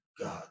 God